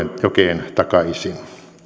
jokeen takaisin